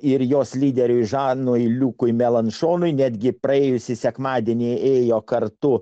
ir jos lyderiui žanui liukui melanšonui netgi praėjusį sekmadienį ėjo kartu